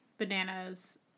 Bananas